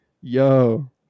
Yo